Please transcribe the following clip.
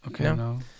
Okay